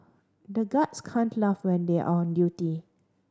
the guards can't laugh when they are on duty